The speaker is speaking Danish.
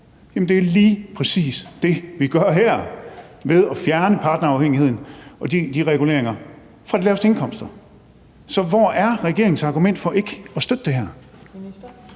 det er lige præcis det, vi gør her ved at fjerne partnerafhængigheden og de reguleringer fra de laveste indkomster. Så hvor er regeringens argument for ikke at støtte det her?